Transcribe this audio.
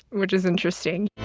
which is interesting,